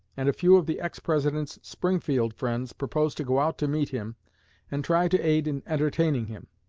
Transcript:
and a few of the ex-president's springfield friends proposed to go out to meet him and try to aid in entertaining him.